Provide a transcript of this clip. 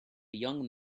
young